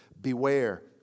Beware